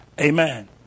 Amen